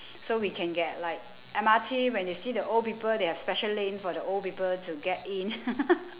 so we can get like M_R_T when they see the old people they have special lane for the old people to get in